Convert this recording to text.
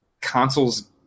consoles